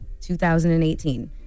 2018